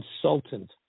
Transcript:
consultant